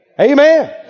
Amen